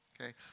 Okay